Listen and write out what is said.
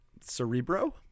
Cerebro